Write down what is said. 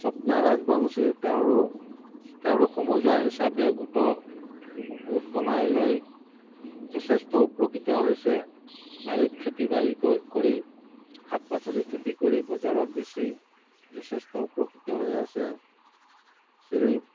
স্বপ্না ৰাজবংশী তেওঁৰো তেওঁৰ সমজুৱা হিচাপে গোটৰ গোট বনাই লৈ যথেষ্ট উপকৃত হৈছে বাৰীত খেতি বাৰী কৰি শাক পাচলি খেতি কৰি বজাৰত বেছি যথেষ্ট উপকৃত হৈ আছে শ্ৰী